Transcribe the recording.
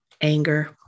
anger